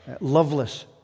loveless